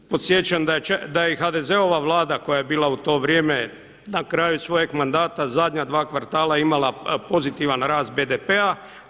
Podsjećam da je i HDZ-ova Vlada koja je bila u to vrijeme na kraju svojeg mandata zadnja dva kvartala imala pozitivan rast BDP-a.